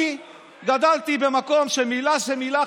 אני גדלתי במקום שמילה זאת מילה,